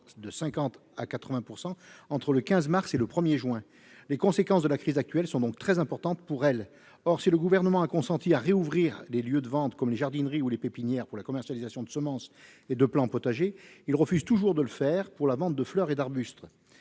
d'affaires entre le 15 mars et le 1 juin. Les conséquences de la crise actuelle sont donc très importantes pour elle. Or, si le Gouvernement a consenti à rouvrir les lieux de vente comme les jardineries ou les pépinières pour la commercialisation de semences et de plants potagers, il refuse toujours de le faire pour la vente de fleurs et d'arbustes.